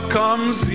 comes